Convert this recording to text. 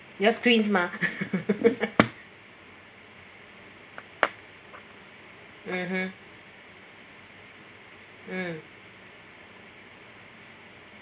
yes twins mah mmhmm mm